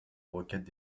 requêtes